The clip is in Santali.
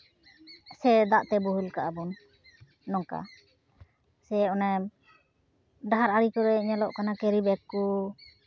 ᱥᱮ ᱫᱟᱜ ᱛᱮ ᱵᱳᱦᱮᱞ ᱠᱟᱜᱼᱟ ᱵᱚᱱ ᱱᱚᱝᱠᱟ ᱥᱮ ᱚᱱᱟ ᱰᱟᱦᱟᱨ ᱟᱬᱮ ᱠᱚᱨᱮ ᱧᱮᱞᱚᱜ ᱠᱟᱱᱟ ᱠᱮᱨᱤᱵᱮᱜᱽ ᱠᱚ